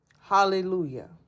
Hallelujah